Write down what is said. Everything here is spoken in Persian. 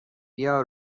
بیا